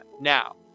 Now